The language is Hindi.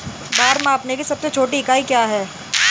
भार मापने की सबसे छोटी इकाई क्या है?